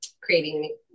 creating